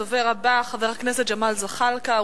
הדובר הבא הוא חבר הכנסת ג'מאל זחאלקה,